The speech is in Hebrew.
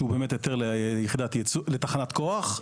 שהוא היתר לתחנת כוח,